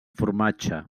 formatge